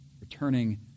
returning